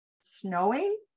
snowing